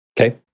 Okay